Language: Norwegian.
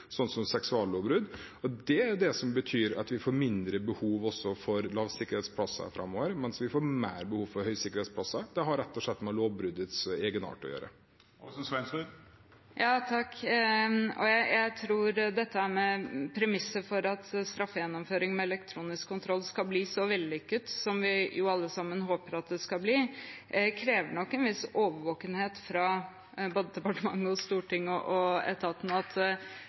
som seksuallovbrudd. Det er det som betyr at vi får mindre behov for lavsikkerhetsplasser framover, mens vi får mer behov for høysikkerhetsplasser. Det har rett og slett med lovbruddets egenart å gjøre. Jeg tror premisset om at straffegjennomføring med elektronisk kontroll skal bli så vellykket som vi alle sammen håper at det skal bli, nok krever en viss årvåkenhet fra både departement, storting og etat – at